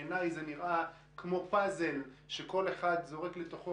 בעיניי זה נראה כמו פאזל שכל אחד זורק לתוכו